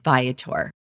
Viator